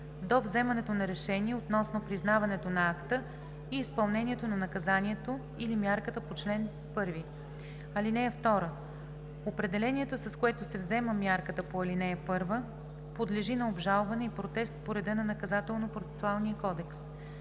до вземането на решение относно признаването на акта и изпълнението на наказанието или мярката по чл. 1. (2) Определението, с което се взема мярката по ал. 1, подлежи на обжалване и протест по реда на